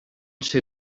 ser